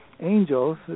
Angels